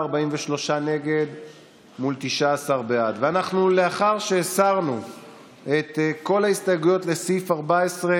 אדוני היושב-ראש,